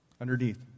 underneath